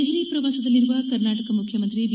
ದೆಹಲಿ ಪ್ರವಾಸದಲ್ಲಿರುವ ಕರ್ನಾಟಕ ಮುಖ್ಯಮಂತ್ರಿ ಬಿ